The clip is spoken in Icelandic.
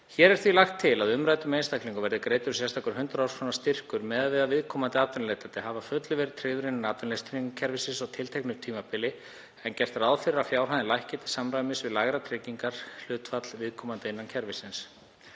Hér er því lagt til að umræddum einstaklingum verði greiddur sérstakur 100.000 kr. styrkur miðað við að viðkomandi atvinnuleitandi hafi að fullu verið tryggður innan atvinnuleysistryggingakerfisins á tilteknu tímabili en gert er ráð fyrir að fjárhæðin lækki til samræmis við lægra tryggingahlutfall viðkomandi innan kerfisins.